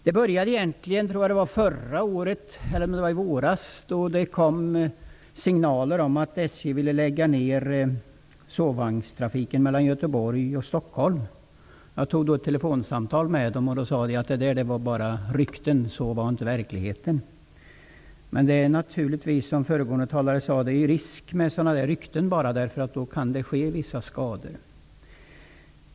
Det började egentligen förra året, eller om det var i våras, då det kom signaler om att SJ ville lägga ned sovvagnstrafiken mellan Göteborg och Stockholm. Jag tog då kontakt med dem genom ett telefonsamtal och då sade de att det bara var rykten. Sådan var inte verkligheten. Men bara sådana rykten är, som föregående talare sade, en risk. De kan ge vissa skador.